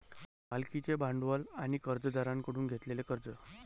मालकीचे भांडवल आणि कर्जदारांकडून घेतलेले कर्ज